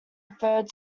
referred